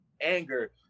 anger